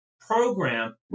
program